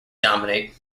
dominate